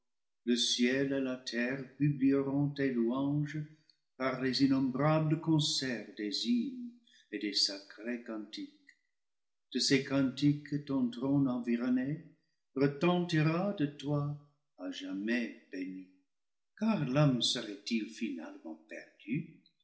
le ciel et la terre publieront tes louanges par les innom brables concerts des hymnes et des sacrés cantiques de ces cantiques ton trône environné retentira de toi à jamais béni car l'homme serait-il finalement perdu